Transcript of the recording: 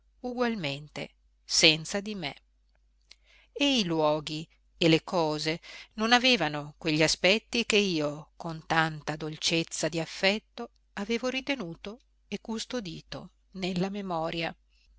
ugualmente senza di me e i luoghi e le cose non avevano quegli aspetti che io con tanta dolcezza di affetto avevo ritenuto e custodito nella memoria